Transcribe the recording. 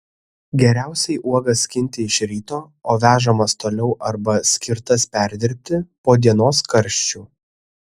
geriausiai uogas skinti iš ryto o vežamas toliau arba skirtas perdirbti po dienos karščių